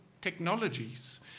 technologies